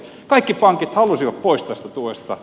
kaikki pankit halusivat pois tästä tuesta